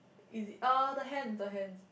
is it orh the hand the hands